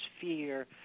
fear